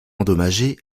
endommagé